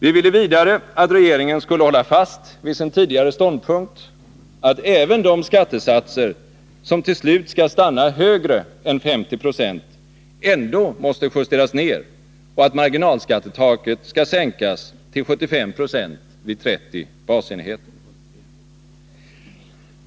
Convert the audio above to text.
Vi ville vidare att regeringen skulle fasthålla vid sin tidigare ståndpunkt att även de skattesatser som till slut skall stanna högre än 50 26 ändå måste justeras ned och att marginalskattetaket skall sänkas till 75 20 vid 30 basenheter.